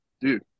dude